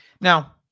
Now